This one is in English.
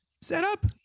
setup